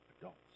adults